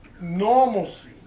normalcy